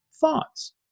thoughts